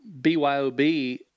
BYOB